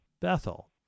Bethel